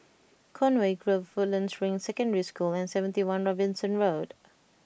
Conway Grove Woodlands Ring Secondary School and seventy one Robinson Road